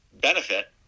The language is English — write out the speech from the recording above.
benefit